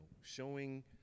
showing